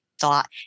thought